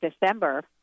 December